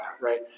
right